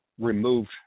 removed